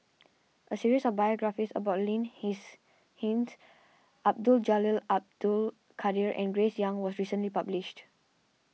a series of biographies about Lin Hsin Hsin Abdul Jalil Abdul Kadir and Grace Young was recently published